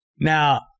Now